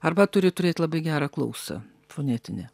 arba turi turėt labai gerą klausą fonetinę